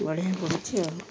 ବଢ଼ିଆ ପଡ଼ୁଛିି ଆଉ